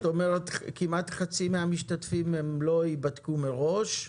זאת אומרת שכמעט חצי מהמשתתפים לא ייבדקו מראש.